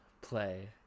play